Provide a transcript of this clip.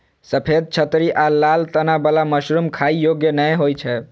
सफेद छतरी आ लाल तना बला मशरूम खाइ योग्य नै होइ छै